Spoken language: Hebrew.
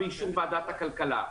באישור ועדת הכלכלה.